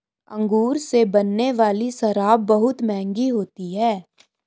अंगूर से बनने वाली शराब बहुत मँहगी होती है